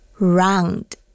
Round